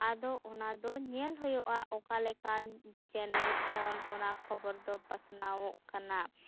ᱚᱱᱟ ᱫᱚ ᱧᱮᱞ ᱦᱳᱭᱳᱜᱼᱟ ᱚᱠᱟ ᱞᱮᱠᱟᱱ ᱪᱮᱱᱮᱞ ᱠᱷᱚᱱ ᱚᱱᱟ ᱠᱷᱚᱵᱚᱨ ᱫᱚ ᱯᱟᱥᱱᱟᱣᱚᱜ ᱠᱟᱱᱟ